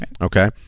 okay